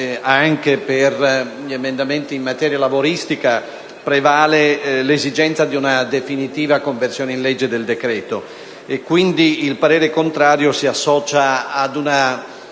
Anche per gli emendamenti in materia lavoristica prevale l'esigenza di una definitiva conversione in legge del decreto-legge. Pertanto, il parere contrario si associa ad una